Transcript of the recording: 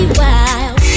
wild